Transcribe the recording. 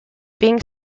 being